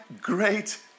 great